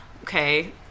Okay